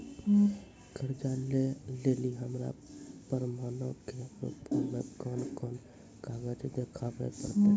कर्जा लै लेली हमरा प्रमाणो के रूपो मे कोन कोन कागज देखाबै पड़तै?